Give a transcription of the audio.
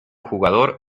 jugador